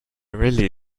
really